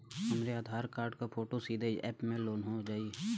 हमरे आधार कार्ड क फोटो सीधे यैप में लोनहो जाई?